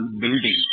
building